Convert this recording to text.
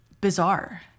bizarre